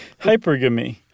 Hypergamy